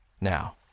Now